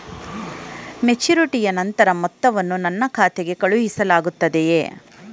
ಮೆಚುರಿಟಿಯ ನಂತರ ಮೊತ್ತವನ್ನು ನನ್ನ ಖಾತೆಗೆ ಕಳುಹಿಸಲಾಗುತ್ತದೆಯೇ?